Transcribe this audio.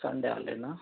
Sunday హాలిడేనా